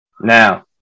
Now